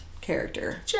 character